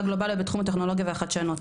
גלובליות בתחום הטכנולוגיה והחדשנות,